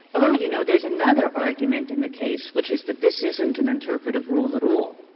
oh, you know, there's another argument in the case, which is that this isn't an interpretative rule at all.